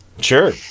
sure